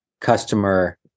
customer